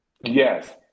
yes